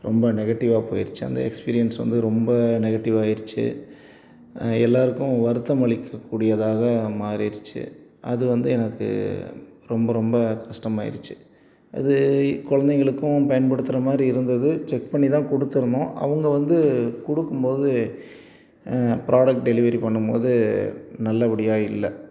ரொம்ப நெகட்டிவாக போயிடுச்சு அந்த எக்ஸ்பீரியன்ஸ் வந்து ரொம்ப நெகட்டிவாக ஆயிடுச்சு எல்லோருக்கும் வருத்தம் அளிக்க கூடியதாக மாறிடுச்சு அது வந்து எனக்கு ரொம்ப ரொம்ப கஷ்டமாயிருச்சு அது குழந்தைங்களுக்கும் பயன்படுத்துகிற மாதிரி இருந்தது செக் பண்ணி தான் கொடுத்துருந்தோம் அவங்க வந்து கொடுக்கும் போது ப்ராடெக்ட் டெலிவரி பண்ணும் போது நல்லபடியாக இல்லை